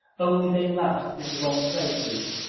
only they laughed in the wrong places.